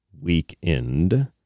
weekend